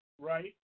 Right